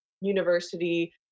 University